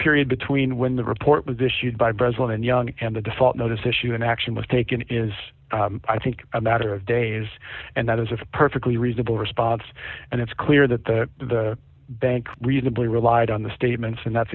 period between when the report was issued by brazil and young and the default notice issue and action was taken is i think a matter of days and that is a perfectly reasonable response and it's clear that the the bank reasonably relied on the statements and that's